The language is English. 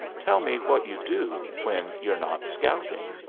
tell me what you do when you're not scouting.